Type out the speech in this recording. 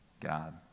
God